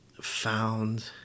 found